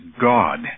God